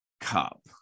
cup